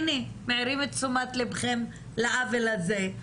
הנה, מעירים את תשומת לבכם לעוול הזה.